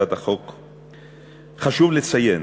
חשוב לציין